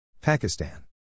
Pakistan